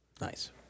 Nice